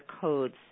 codes